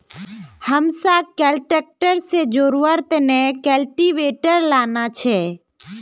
हमसाक कैल ट्रैक्टर से जोड़वार तने कल्टीवेटर लाना छे